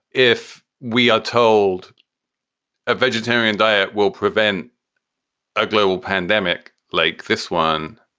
if we are told a vegetarian diet will prevent a global pandemic like this one,